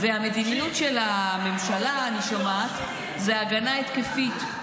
המדיניות של הממשלה, אני שומעת, היא הגנה התקפית.